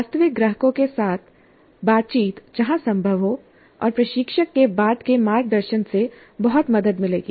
वास्तविक ग्राहकों के साथ बातचीत जहां संभव हो और प्रशिक्षक के बाद के मार्गदर्शन से बहुत मदद मिलेगी